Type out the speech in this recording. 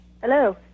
Hello